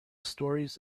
stories